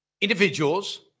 individuals